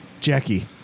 Jackie